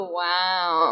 wow